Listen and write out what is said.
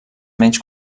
menys